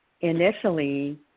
initially